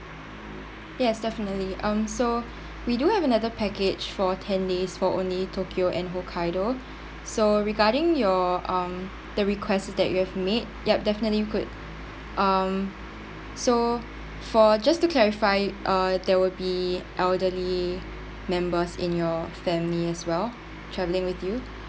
yes definitely um so we do have another package for ten days for only tokyo and hokkaido so regarding your um the requests that you have made yup definitely you could um so for just to clarify uh there will be elderly members in your family as well traveling with you